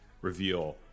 Reveal